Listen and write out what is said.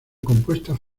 compuestas